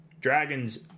Dragons